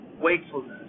wakefulness